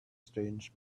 strange